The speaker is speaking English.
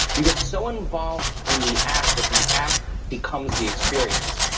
you get so involved in the act that the act becomes the experience,